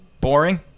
boring